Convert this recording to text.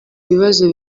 bibazo